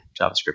JavaScript